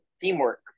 teamwork